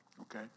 okay